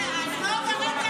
--- מלכיאלי,